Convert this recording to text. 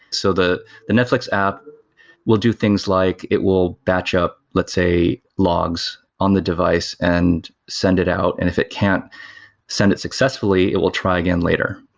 so the the netflix app will do things like it will batch up, let's say logs on the device and send it out. and if it can't send it successfully, it will try again later.